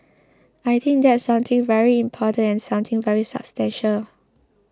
I think that's something very important and something very substantial